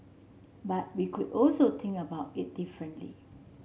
but we could also think about it differently